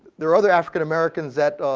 there other african americans that,